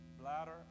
Bladder